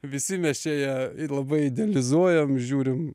visi mes čia ją ir labai idealizuojam žiūrim